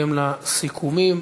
בהתאם לסיכומים,